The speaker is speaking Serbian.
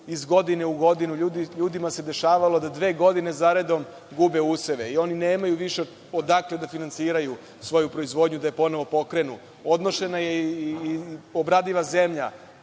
posledice poplava. Ljudima se dešavalo da dve godine za redom gube useve i oni nemaju više odakle da finansiraju svoju proizvodnju, da je ponovo pokrenu. Odnošena je i obradiva zemlja